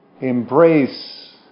embrace